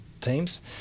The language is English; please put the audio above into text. teams